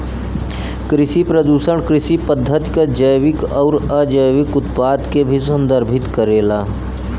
कृषि प्रदूषण कृषि पद्धति क जैविक आउर अजैविक उत्पाद के भी संदर्भित करेला